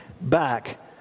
back